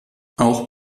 auch